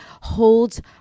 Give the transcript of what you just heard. holds